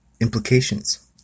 Implications